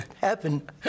happen